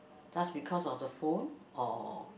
just because of the phone or